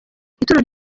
itorero